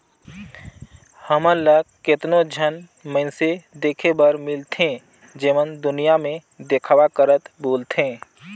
हमन ल केतनो झन मइनसे देखे बर मिलथें जेमन दुनियां में देखावा करत बुलथें